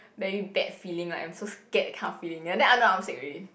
very bad feeling like I'm so scared that kind of feeling then I know that I'm sick already